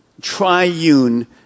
triune